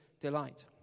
delight